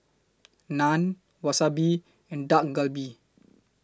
Naan Wasabi and Dak Galbi